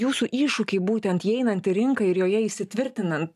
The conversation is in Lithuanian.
jūsų iššūkiai būtent įeinant į rinką ir joje įsitvirtinant